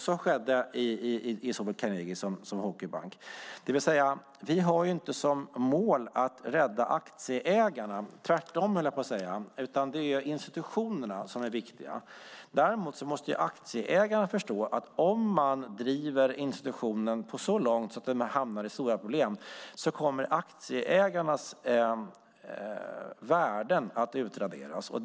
Så skedde i såväl Carnegie som HQ Bank. Vi har inte som mål att rädda aktieägarna - tvärtom, höll jag på att säga. Det är institutionerna som är viktiga. Aktieägarna måste förstå att om man driver institutionen så långt att den hamnar i stora problem kommer deras värden att utraderas.